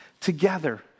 together